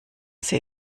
sie